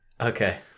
Okay